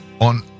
on